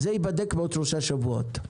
זה ייבדק בעוד שלושה שבועות.